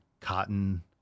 cotton